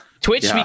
Twitch